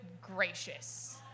gracious